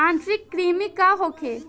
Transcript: आंतरिक कृमि का होखे?